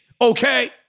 okay